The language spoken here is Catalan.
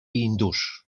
hindús